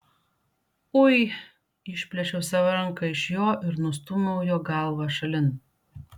ui išplėšiau savo ranką iš jo ir nustūmiau jo galvą šalin